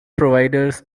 providers